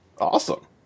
Awesome